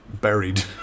buried